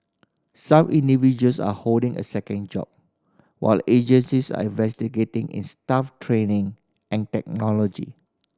some individuals are holding a second job while agencies are investing in staff training and technology